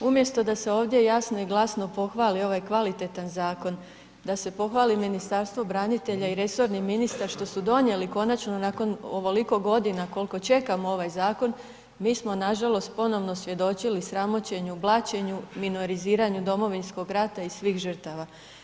Umjesto da se ovdje jasno i glasno pohvali ovaj kvalitetan zakon, da se pohvali Ministarstvo branitelja i resorni ministar što su donijeli konačno nakon ovoliko godina koliko čekamo ovaj zakon, mi smo nažalost ponovno svjedočili sramoćenju, blaćenju, minoriziranju Domovinskog rata i svih žrtava.